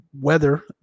weather